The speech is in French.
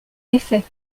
effet